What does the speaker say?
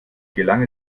gelang